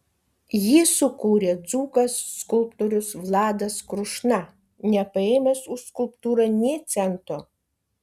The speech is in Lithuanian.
jį sukūrė dzūkas skulptorius vladas krušna nepaėmęs už skulptūrą nė cento